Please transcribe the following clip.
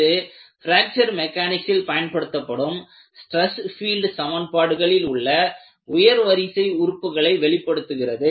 இது பிராக்சர் மெக்கானிக்சில் பயன்படுத்தப்படும் ஸ்டிரஸ் பீல்டு சமன்பாடுகளில் உள்ள உயர் வரிசை உறுப்புகளை வெளிப்படுத்துகிறது